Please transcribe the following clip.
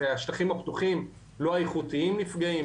שהשטחים הפתוחים ולא האיכותיים נפגעים,